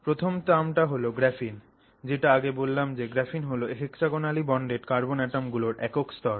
প্রথম টার্মটা হল গ্রাফিন যেটা আগে বললাম যে গ্রাফিন হল hexagonally bonded কার্বন অ্যাটম গুলোর একক স্তর